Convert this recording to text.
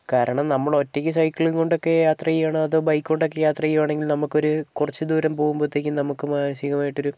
കാരണം നമ്മൾ ഒറ്റയ്ക്ക് സൈക്കിളും കൊണ്ടൊക്കെ യാത്ര ചെയ്യണതും ബൈക്ക് കൊണ്ടൊക്കെ യാത്ര ചെയ്യുകയാണെങ്കിൽ നമുക്കൊരു കുറച്ചു ദൂരം പോകുമ്പോഴത്തേക്കും നമുക്ക് മാനസികമായിട്ട് ഒരു